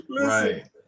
Right